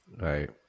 Right